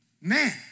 Man